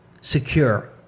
secure